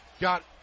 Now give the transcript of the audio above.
got